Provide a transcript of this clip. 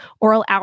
oral